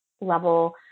level